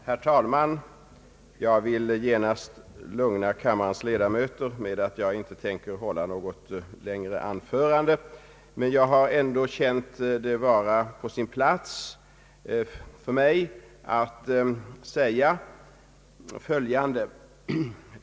Herr talman! Jag vill lugna kammarens ledamöter med att säga att jag inte tänker hålla något längre anförande. Emellertid har jag känt det vara på sin plats att jag säger följande.